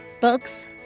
books